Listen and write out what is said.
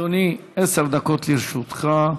אדוני, עשר דקות לרשותך,